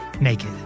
naked